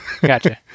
Gotcha